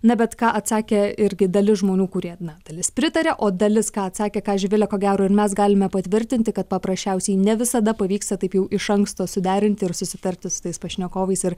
na bet ką atsakė irgi dalis žmonių kurie dalis pritaria o dalis ką atsakė ką živile ko gero ir mes galime patvirtinti kad paprasčiausiai ne visada pavyksta taip jau iš anksto suderinti ir susitarti su tais pašnekovais ir